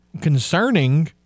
concerning